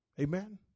Amen